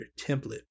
template